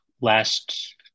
last